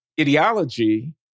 ideology